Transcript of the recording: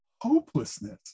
hopelessness